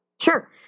Sure